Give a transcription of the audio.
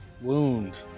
wound